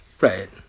Right